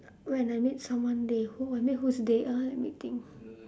when I make someone day who I make whose day uh let me think